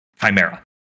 Chimera